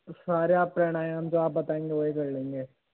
तो सारे आप प्राणायाम जो आप बताएंगे वही कर लेंगे